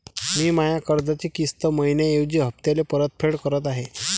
मी माया कर्जाची किस्त मइन्याऐवजी हप्त्याले परतफेड करत आहे